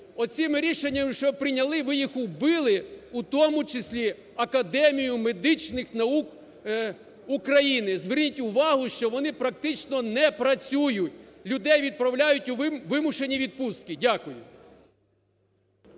Оцими рішеннями, що ви прийняли, ви їх убили, у тому числі Академію медичних наук України. Зверніть увагу, що вони практично не працюють. Людей відправляють у вимушені відпустки. Дякую.